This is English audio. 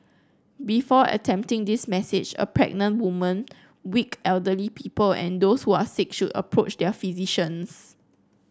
before attempting this massage a pregnant woman weak elderly people and those who are sick should approach their physicians